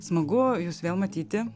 smagu jus vėl matyti